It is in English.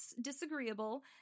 disagreeable